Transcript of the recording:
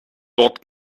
dort